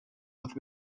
with